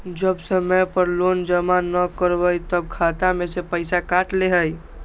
जब समय पर लोन जमा न करवई तब खाता में से पईसा काट लेहई?